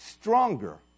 stronger